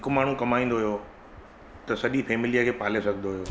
हिकु माण्हू कमाईंदो हुओ त सॼी फैमिलीअ खे पाले सघंदो हुओ